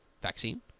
vaccine